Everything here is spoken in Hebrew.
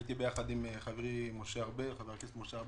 הייתי ביחד עם חברי חבר הכנסת משה ארבל.